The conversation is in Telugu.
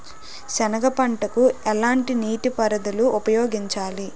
సెనగ పంటకు ఎలాంటి నీటిపారుదల ఉపయోగించాలి?